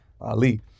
Ali